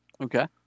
Okay